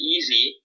Easy